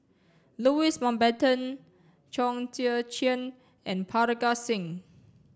Louis Mountbatten Chong Tze Chien and Parga Singh